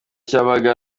cyabaga